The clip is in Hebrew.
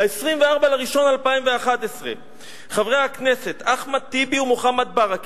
24 בינואר 2011. חברי הכנסת אחמד טיבי ומוחמד ברכה